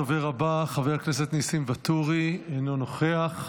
הדובר הבא, חבר הכנסת נסים ואטורי, אינו נוכח,